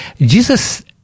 Jesus